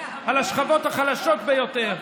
על השכבות החלשות ביותר.